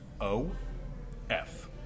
O-F